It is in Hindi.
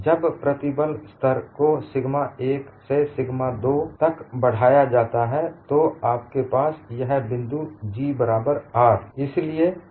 जब प्रतिबल स्तर को सिगमा 1 से सिगमा 2 तक बढ़ाया जाता है तो आपके पास यह बिंदु हैG बराबर R